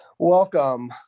Welcome